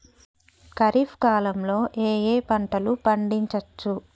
ఖరీఫ్ కాలంలో ఏ ఏ పంటలు పండించచ్చు?